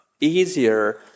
easier